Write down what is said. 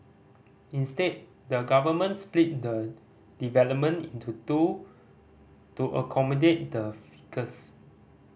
instead the government split the development into two to accommodate the ficus